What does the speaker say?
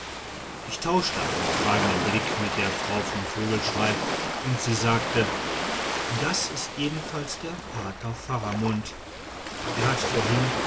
ich tauschte einen fragenden blick mit der frau von vogelschrey und sie sagte das ist jedenfalls der pater faramund er hat vorhin